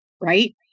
Right